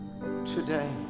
today